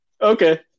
Okay